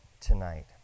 tonight